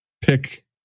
pick